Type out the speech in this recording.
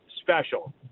special